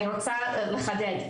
אני רוצה לחדד,